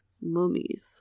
mummies